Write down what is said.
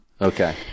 Okay